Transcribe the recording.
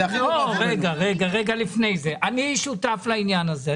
אני שותף לעניין הזה.